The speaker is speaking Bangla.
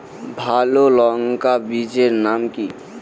ভালো লঙ্কা বীজের নাম কি?